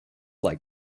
like